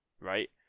Right